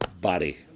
body